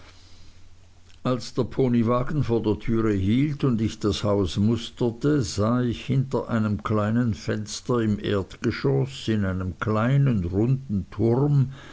als der ponywagen vor der türe hielt und ich das haus musterte sah ich hinter einem kleinen fenster im erdgeschoß in einem kleinen runden turm